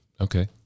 Okay